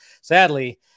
sadly